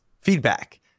feedback